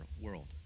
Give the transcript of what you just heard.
world